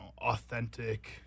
authentic